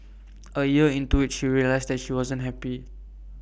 A year into IT she realised that she wasn't happy